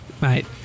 mate